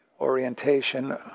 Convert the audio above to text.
orientation